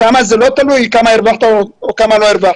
שם זה לא תלוי כמה הרווחת או כמה לא הרווחת.